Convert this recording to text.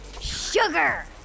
Sugar